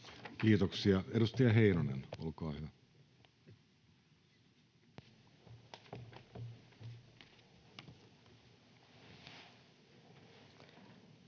Kiitoksia. — Edustaja Heinonen, olkaa hyvä.